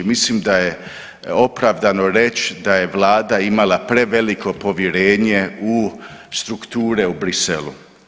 Mislim da je opravdano reći da je Vlada imala preveliko povjerenje u strukture u Bruxellesu.